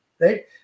right